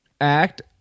act